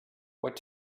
what